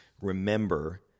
remember